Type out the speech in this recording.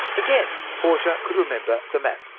again, portia could remember the map.